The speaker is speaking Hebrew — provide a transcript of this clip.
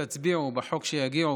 תצביעו בחוק שיגיע,